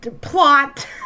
plot